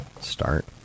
start